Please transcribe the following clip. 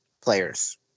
players